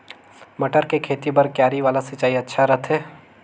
मटर के खेती बर क्यारी वाला सिंचाई अच्छा रथे?